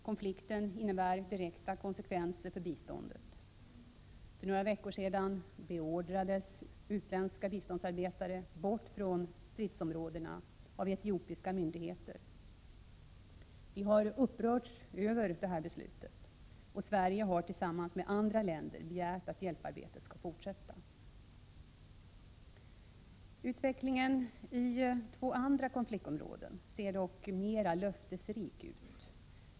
Konflikten innebär direkta konsekvenser för biståndet. För några veckor sedan beordrades utländska biståndsarbetare bort från stridsområdena av etiopiska myndigheter. Vi har upprörts över beslutet, och Sverige har tillsammans med andra länder begärt att hjälparbetet skall få fortsätta. Utvecklingen i två andra konfliktområden ser dock mera löftesrik ut.